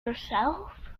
yourself